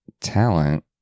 talent